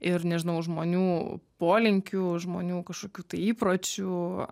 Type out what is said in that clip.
ir nežinau žmonių polinkių žmonių kažkokių tai įpročių